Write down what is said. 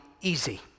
easy